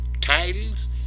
titles